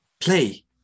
play